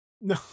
No